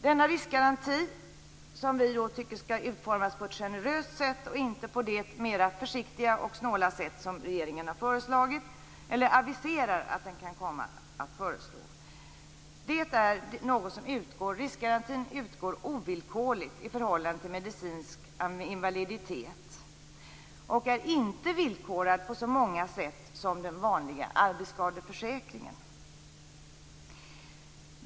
Denna riskgaranti, som vi tycker skall utformas på ett generöst sätt och inte på det mera försiktiga och snåla sätt som regeringen aviserar att den kan komma att föreslå, skall utgå utan villkor i förhållande till medicinsk invaliditet. Den skall inte vara villkorad på så många sätt som den vanliga arbetsskadeförsäkringen är.